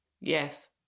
Yes